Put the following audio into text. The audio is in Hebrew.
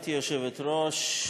גברתי היושבת-ראש,